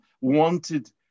wanted